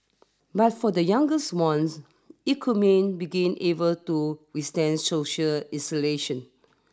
but for the youngest ones it could mean begin able to withstand social isolation